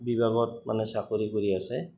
বিভাগত মানে চাকৰি কৰি আছে